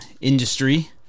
industry